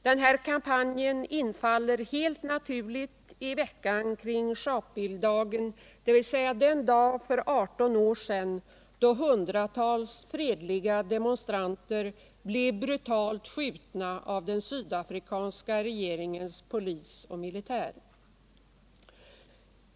Denna kampanj infaller helt naturligt i veckan kring Sharpvilledagen, dvs. den dag för 18 år sedan då hundratals fredliga demonstranter blev brutalt skjutna av den sydafrikanska regeringens polis och militär.